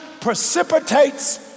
precipitates